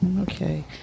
Okay